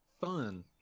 Fun